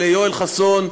ליואל חסון,